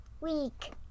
week